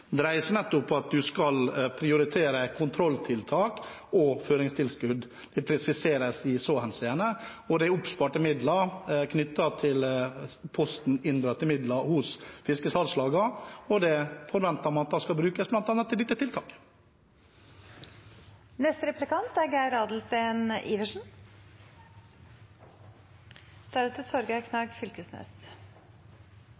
på høring, seg nettopp om at man skal prioritere kontrolltiltak og føringstilskudd – det presiseres i så henseende. Og de oppsparte midlene knyttet til posten inndratte midler hos fiskesalgslagene, forventer man bl.a. skal brukes til